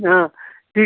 हाँ ठीक